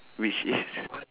which is